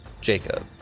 Jacob